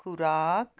ਖੁਰਾਕ